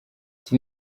iki